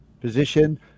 position